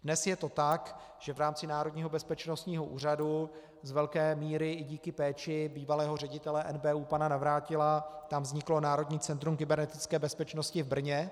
Dnes je to tak, že v rámci Národního bezpečnostního úřadu z velké míry i díky péči bývalého ředitele NBÚ pana Navrátila vzniklo Národní centrum kybernetické bezpečnosti v Brně.